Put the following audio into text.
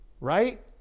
right